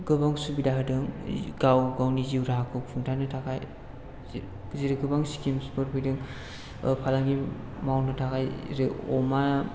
गोबां सुबिदा होदों गाव गावनि जिउ राहाखौ सुंथानो थाखाय जेरै गोबां स्किमस फोर फैदों फालांगि मावनो थाखाय जेरै अमा